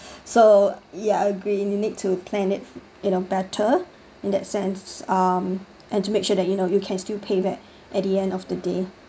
so ya I agree you need to plan it you know better in that sense um and to make sure that you know you can still pay back at the end of the day